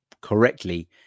correctly